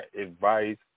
advice